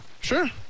Sure